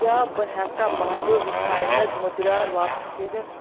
کیٛاہ بہٕ ہٮ۪کاہ مہادُر رِفاینٕڈ مُدریٛار واپس کٔرِتھ